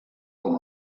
com